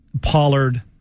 Pollard